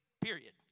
period